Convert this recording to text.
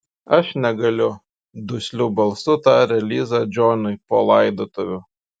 aš negaliu dusliu balsu tarė liza džonui po laidotuvių